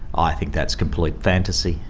i think that's complete fantasy.